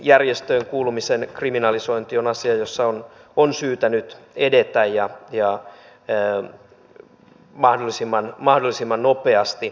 terroristijärjestöön kuulumisen kriminalisointi on asia jossa on syytä nyt edetä mahdollisimman nopeasti